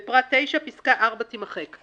בפרט 9, פסקה (4) תימחק.